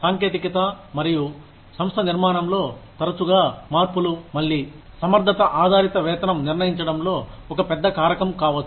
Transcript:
సాంకేతికత మరియు సంస్థ నిర్మాణంలో తరచుగా మార్పులు మళ్లీ ఇది సమర్ధత ఆధారిత వేతనం నిర్ణయించడంలో ఒక పెద్ద కారకం కావచ్చు